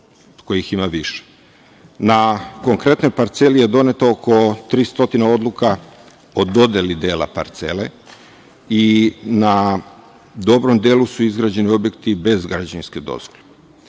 konkretnoj parceli je doneto oko 300 odluka o dodeli dela parcele i na dobrom delu su izgrađeni objekti bez građevinske dozvole.